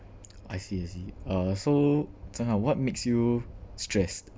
I see I see uh so zheng han what makes you stressed